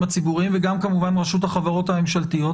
הציבוריים וגם כמובן רשות החברות הממשלתיות.